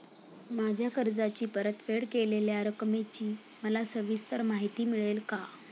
माझ्या कर्जाची परतफेड केलेल्या रकमेची मला सविस्तर माहिती मिळेल का?